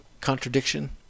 contradiction